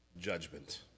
judgment